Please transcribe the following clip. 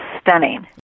stunning